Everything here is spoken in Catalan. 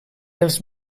els